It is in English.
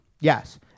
Yes